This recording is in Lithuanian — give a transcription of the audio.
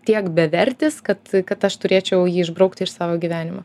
tiek bevertis kad kad aš turėčiau jį išbraukti iš savo gyvenimo